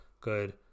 good